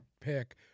pick